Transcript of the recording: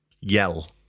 Yell